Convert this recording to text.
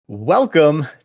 Welcome